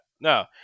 No